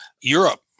Europe